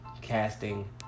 casting